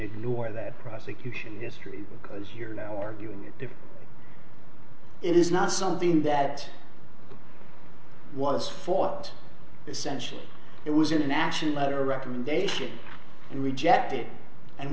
ignore that prosecution history because you're now arguing if it is not something that was fought essentially it was in an action letter recommendation and rejected and